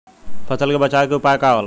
फसल के बचाव के उपाय का होला?